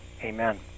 amen